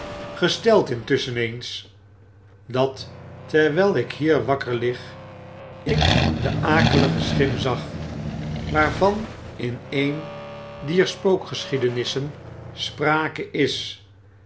intusschen eens dat terwjjl ik hier wakker lig ik de akelige schim zag waarvan in een dier spookgeschiedenissen sprake is